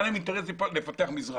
היה להם אינטרס לפתח מזרחה.